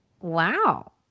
Wow